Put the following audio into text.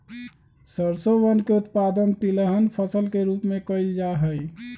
सरसोवन के उत्पादन तिलहन फसल के रूप में कइल जाहई